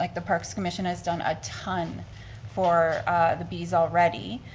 like the park's commission has done a ton for the bees already,